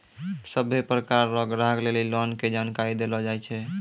सभ्भे प्रकार रो ग्राहक लेली लोन के जानकारी देलो जाय छै